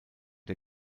der